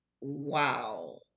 wow